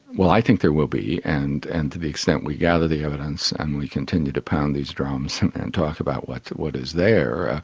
well, i think there will be, and and to the extent we gather the evidence and we continue to pound these drums and talk about what what is there,